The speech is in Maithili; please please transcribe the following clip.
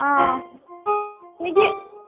अऽ हेयै